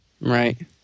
Right